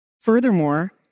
Furthermore